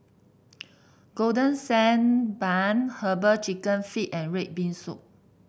Golden Sand Bun herbal chicken feet and red bean soup